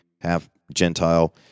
half-Gentile